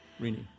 Rini